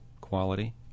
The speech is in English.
quality